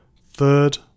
third